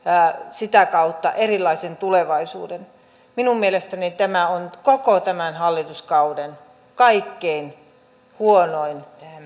sitä kautta erilaisen tulevaisuuden minun mielestäni tämä on koko tämän hallituskauden kaikkein huonoin